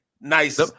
nice